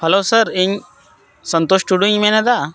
hello sir ᱤᱧ ᱥᱚᱱᱛᱳᱥ ᱴᱩᱰᱩᱧ ᱢᱮᱱᱮᱫᱟ